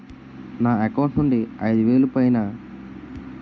నా అకౌంట్ నుండి ఐదు వేలు పైన చేసిన త్రం సాంక్షన్ లో వివరాలు ఎలా తెలుసుకోవాలి?